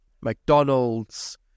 mcdonald's